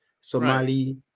Somali